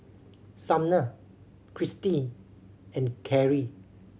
Sumner Cristy and Karrie